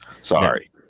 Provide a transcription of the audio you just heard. Sorry